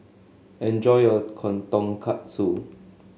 enjoy your Tonkatsu